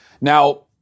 Now